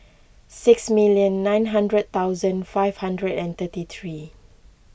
six minute nine hundred thousand five hundred and thirty three